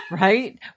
Right